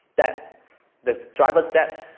that the driver said,